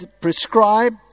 prescribe